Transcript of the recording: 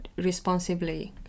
responsibly